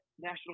National